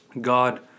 God